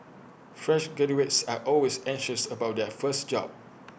fresh graduates are always anxious about their first job